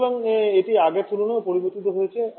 সুতরাং এটি আগেরটির তুলনায়ও পরিবর্তিত হয়েছে